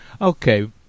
Okay